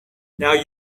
now